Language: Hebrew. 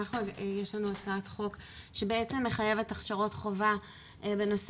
יש לנו הצעת חוק שבעצם מחייבת הכשרות חובה בנושא